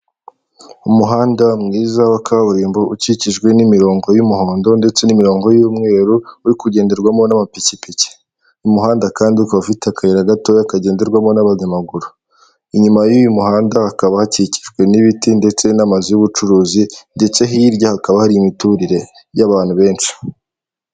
Umuhanda mwiza wa kaburimbo ukikijwe n'imirongo y'umuhondo ndetse n'imirongo y'umweru uri ķugenderwamo n'amapikipiki. Umuhanda kandi ukaba ufite akayira gatoya kagenderwamo nabanyamaguru, inyuma y'uyu muhanda hakaba hakikijwe n'ibiti ndetse n'amazu y'ubucuruzi ndetse hirya hakaba hari imiturire y'abantu benshi.